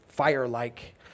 fire-like